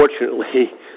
unfortunately